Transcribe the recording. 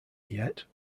yet